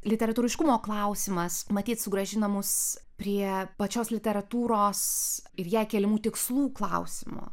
literatūriškumo klausimas matyt sugrąžina mus prie pačios literatūros ir jai keliamų tikslų klausimo